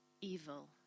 evil